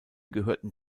gehörten